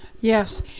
Yes